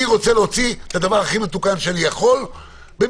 אני רוצה להוציא את הדבר הכי מתוקן שאני יכול במגבלות,